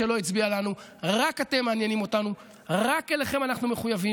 רק אתם עומדים לנו מול העיניים,